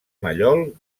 mallol